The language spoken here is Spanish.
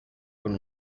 con